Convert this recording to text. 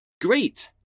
Great